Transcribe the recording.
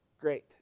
great